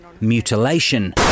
mutilation